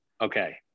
Okay